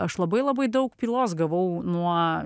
aš labai labai daug pylos gavau nuo